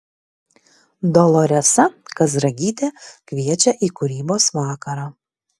doloresa kazragytė kviečia į kūrybos vakarą